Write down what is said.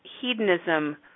hedonism